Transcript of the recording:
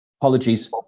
Apologies